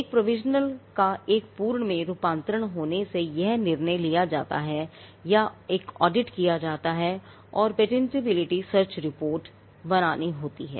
एक प्रोविजनल का एक पूर्ण में रूपांतरण होने से पहले यह निर्णय लिया जाता है या एक ऑडिट किया जाता है और पेटेंटबिलिटी सर्च रिपोर्टबनानी होती है